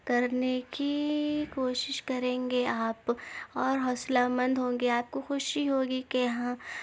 کرنے کی کوشش کریں گے آپ اور حوصلہ مند ہوں گے آپ کو خوشی ہوگی کہ ہاں